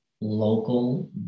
local